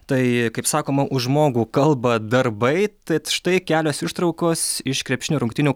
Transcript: taai kaip sakoma už žmogų kalba darbai tad štai kelios ištraukos iš krepšinio rungtynių